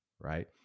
right